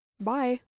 Bye